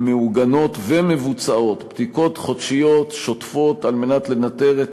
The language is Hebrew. מעוגנות ומבוצעות בדיקות חודשיות שוטפות על מנת לנטר את